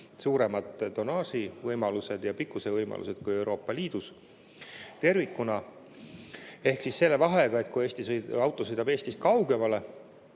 suuremad tonnaaži‑ ja pikkusevõimalused kui Euroopa Liidus tervikuna, ainult selle vahega, et kui Eesti auto sõidab Eestist kaugemale,